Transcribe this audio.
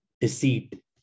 deceit